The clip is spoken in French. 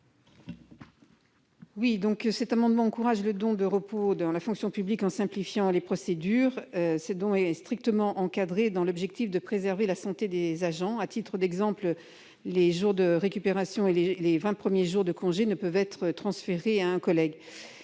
Di Folco. Cet amendement encourage le don de jours de repos dans la fonction publique en simplifiant les procédures. Ce don est strictement encadré, dans l'objectif de préserver la santé des agents. À titre d'exemple, leurs jours de récupération et leurs vingt premiers jours de congés payés ne peuvent pas être « transférés » à un collègue.